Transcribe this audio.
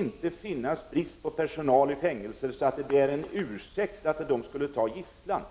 en sådan brist på personal i fängelser att detta blir en ursäkt för att fångarna skulle ta gisslan.